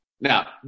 Now